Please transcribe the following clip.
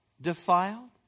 defiled